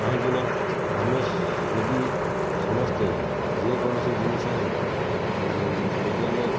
କାହିଁକିନା ଆମେ ଯଦି ସମସ୍ତେ ଯେକୌଣସି ଜିନିଷ ହେଲେ ଯଦି ଆମେ